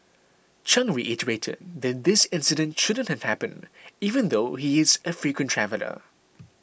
Chang reiterated that this incident shouldn't have happened even though he is a frequent traveller